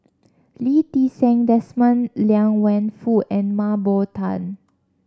Lee Ti Seng Desmond Liang Wenfu and Mah Bow Tan